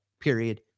period